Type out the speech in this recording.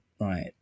right